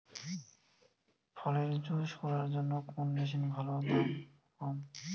ফলের জুস করার জন্য কোন মেশিন ভালো ও দাম কম?